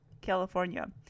California